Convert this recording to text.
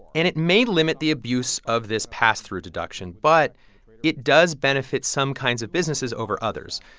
and it may limit the abuse of this pass-through deduction. but it does benefit some kinds of businesses over others.